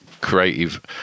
creative